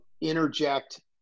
interject